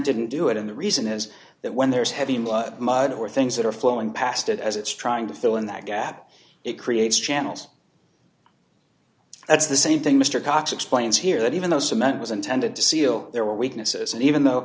didn't do it and the reason is that when there is heavy mud or things that are flowing past it as it's trying to fill in that gap it creates channels that's the same thing mr cox explains here that even the cement was intended to seal their weaknesses and even though